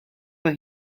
mae